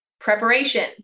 preparation